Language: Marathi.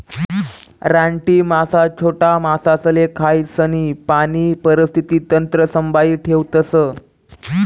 रानटी मासा छोटा मासासले खायीसन पाणी परिस्थिती तंत्र संभाई ठेवतस